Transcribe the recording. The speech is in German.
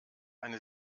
eine